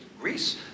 Greece